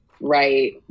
right